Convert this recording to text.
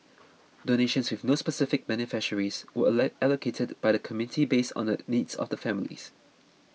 donations with no specific beneficiaries were allocated by the committee based on the needs of the families